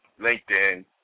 LinkedIn